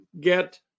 get